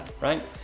right